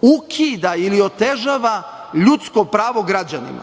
ukida ili otežava ljudsko pravo građanima.